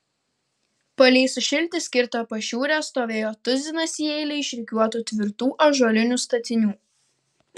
palei sušilti skirtą pašiūrę stovėjo tuzinas į eilę išrikiuotų tvirtų ąžuolinių statinių